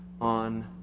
on